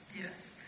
Yes